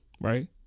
right